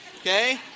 Okay